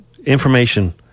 information